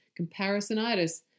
comparisonitis